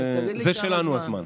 זה שלנו, הזמן.